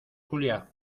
julia